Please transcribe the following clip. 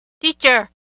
Teacher